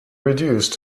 reduced